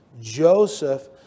Joseph